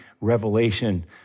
revelation